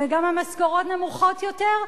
וגם המשכורות נמוכות יותר,